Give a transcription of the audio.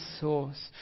source